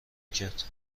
کرد